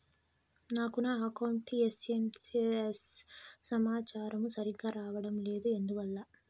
నాకు నా account SMS సమాచారము సరిగ్గా రావడం లేదు ఎందువల్ల?